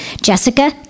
Jessica